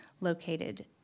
located